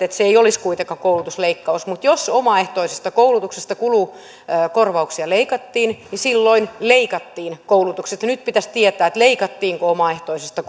että se ei olisi kuitenkaan koulutusleikkaus mutta jos omaehtoisesta koulutuksesta kulukorvauksia leikattiin niin silloin leikattiin koulutuksesta nyt pitäisi tietää leikattiinko omaehtoisesta